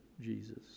Jesus